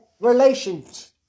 relations